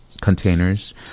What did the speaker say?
containers